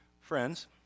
friends